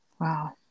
Wow